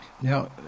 Now